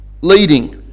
leading